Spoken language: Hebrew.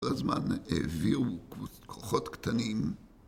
כל הזמן העבירו כוחות קטנים